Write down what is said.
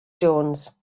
jones